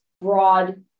broad